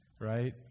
right